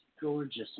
gorgeous